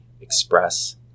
express